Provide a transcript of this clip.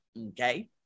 Okay